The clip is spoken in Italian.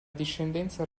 discendenza